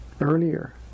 earlier